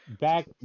Back